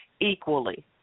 equally